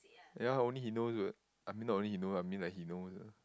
ya only he knows what I mean not only he know ah I mean he knows ah